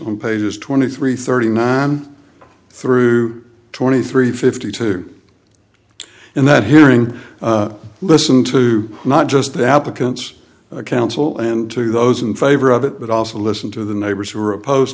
on pages twenty three thirty nine through twenty three fifty two in that hearing listen to not just the applicants counsel and to those in favor of it but also listen to the neighbors who are opposed